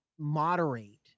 moderate